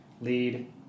lead